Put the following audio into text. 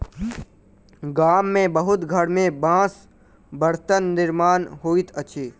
गाम के बहुत घर में बांसक बर्तनक निर्माण होइत अछि